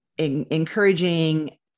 Encouraging